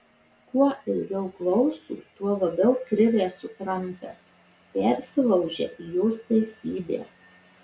kuo ilgiau klauso tuo labiau krivę supranta persilaužia į jos teisybę